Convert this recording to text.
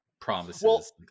promises